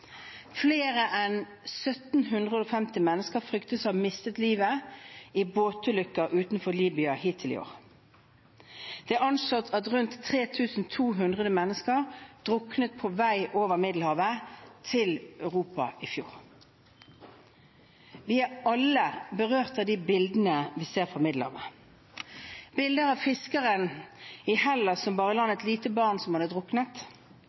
Flere enn 1 750 mennesker fryktes å ha mistet livet i båtulykker utenfor Libya hittil i år. Det er anslått at rundt 3 200 mennesker druknet på vei over Middelhavet til Europa i fjor. Vi er alle berørt av de bildene vi ser fra Middelhavet, bildet av fiskeren i Hellas som bar i land et lite barn som hadde